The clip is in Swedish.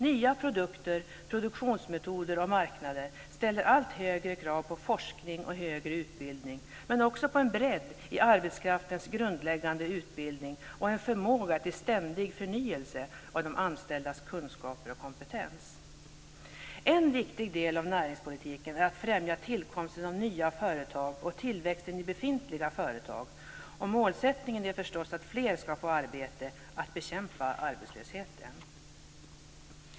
Nya produkter, produktionsmetoder och marknader ställer allt högre krav på forskning och högre utbildning men också på en bredd i arbetskraftens grundläggande utbildning och en förmåga till ständig förnyelse av de anställdas kunskaper och kompetens. En viktig del av näringspolitiken är att främja tillkomsten av nya företag och tillväxten i befintliga företag, och målsättningen är förstås att fler ska få arbete, att bekämpa arbetslösheten.